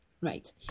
right